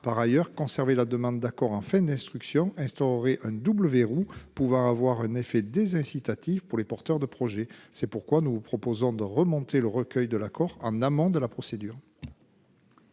par ailleurs conserver la demande d'accord en fin d'instruction instaurer un double verrou pouvoir avoir un effet des incitatifs pour les porteurs de projets. C'est pourquoi nous proposons de remonter le recueil de l'accord en amont de la procédure.